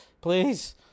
please